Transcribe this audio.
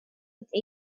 with